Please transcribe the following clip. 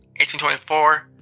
1824